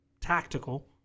tactical